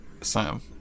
Sam